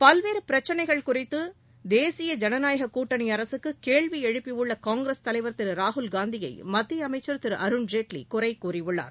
பல்வேறு பிரச்சினைகள் குறித்து தேசிய ஜனநாயக கூட்டணி அரசுக்கு கேள்வி எழுப்பியுள்ள காங்கிரஸ் தலைவர் திரு ராகுல் காந்தியை மத்திய அமைச்சர் திரு அருண் ஜேட்லி குறை கூறியுள்ளார்